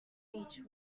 each